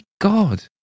God